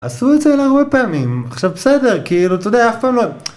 עשו את זה להרבה פעמים, עכשיו בסדר, כאילו, אתה יודע, אף פעם לא...